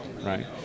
right